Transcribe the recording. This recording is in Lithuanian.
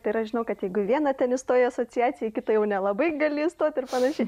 ir aš žinau kad jeigu į vieną ten įstoji asociaciją į kitą jau nelabai gali įstot ir panašiai